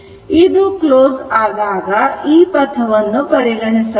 ಆದ್ದರಿಂದ ಇದು ಕ್ಲೋಸ್ ಆದಾಗ ಈ ಪಥವನ್ನು ಪರಿಗಣಿಸಬೇಕು